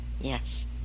Yes